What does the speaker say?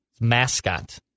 mascot